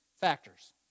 factors